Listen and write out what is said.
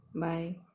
Bye